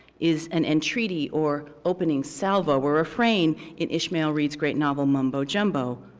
is an entreaty, or opening salvo, where refrain in ishmael reid's great novel mumbo jumbo,